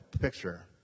picture